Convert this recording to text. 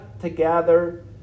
together